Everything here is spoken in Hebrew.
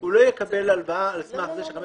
הוא לא יקבל הלוואה על סמך זה שחמש